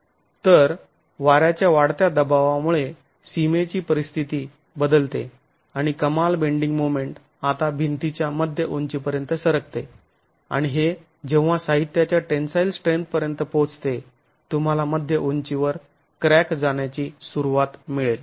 तर वाऱ्याच्या वाढत्या दबावामुळे सिमेची परिस्थिती बदलते आणि कमाल बेंडिंग मोमेंट आता भिंतीच्या मध्य उंचीपर्यंत सरकते आणि हे जेव्हा साहित्याच्या टेंन्साईल स्ट्रेंथ पर्यंत पोहोचते तुम्हाला मध्य उंचीवर क्रॅक जाण्याची सुरुवात मिळेल